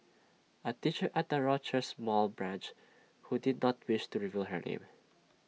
A teacher at the Rochester mall branch who did not wish to reveal her name